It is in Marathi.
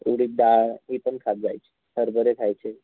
उडीद डाळ ही पण खात जायची हरभरे खायचे